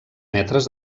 metres